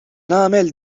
nagħmel